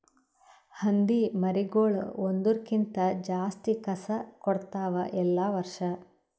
ಹಂದಿ ಮರಿಗೊಳ್ ಒಂದುರ್ ಕ್ಕಿಂತ ಜಾಸ್ತಿ ಕಸ ಕೊಡ್ತಾವ್ ಎಲ್ಲಾ ವರ್ಷ